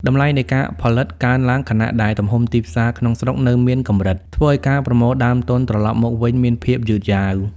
តម្លៃនៃការផលិតកើនឡើង ខណៈដែលទំហំទីផ្សារក្នុងស្រុកនៅមានកម្រិត ធ្វើឱ្យការប្រមូលដើមទុនត្រឡប់មកវិញមានភាពយឺតយ៉ាវ។